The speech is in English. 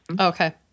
Okay